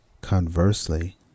conversely